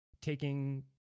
taking